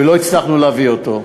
ולא הצלחנו להביא אותו.